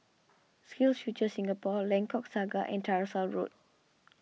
SkillsFuture Singapore Lengkok Saga and Tyersall Road